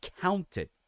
counted